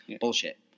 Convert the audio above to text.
Bullshit